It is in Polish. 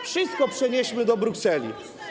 Wszystko przenieśmy do Brukseli.